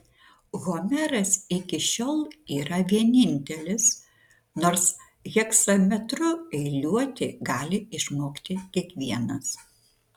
homeras iki šiol yra vienintelis nors hegzametru eiliuoti gali išmokti kiekvienas